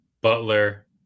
Butler